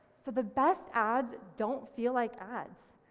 so the best ads don't feel like ads.